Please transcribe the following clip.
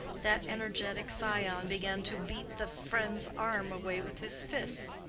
that energetic scion began to beat the friend's arm away with his fists.